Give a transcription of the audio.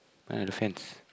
ah the fence